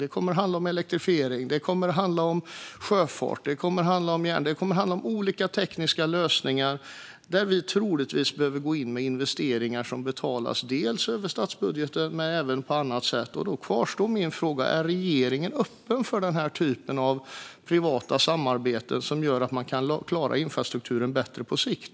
Det kommer att handla om elektrifiering, sjöfart och olika tekniska lösningar där vi troligtvis kommer att behöva gå in med investeringar som betalas dels över statsbudgeten men även på annat sätt. Då kvarstår min fråga: Är regeringen öppen för den här typen av privata samarbeten för att klara infrastrukturen bättre på sikt?